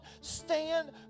Stand